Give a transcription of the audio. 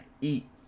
eat